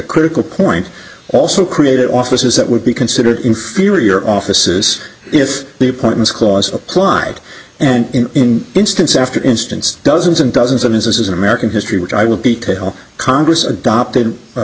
critical point also created offices that would be considered inferior offices if the appointments clause applied and in instance after instance dozens and dozens of his american history which i will be tail congress adopted